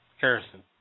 Harrison